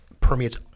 permeates